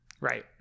Right